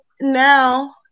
now